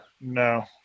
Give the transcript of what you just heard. No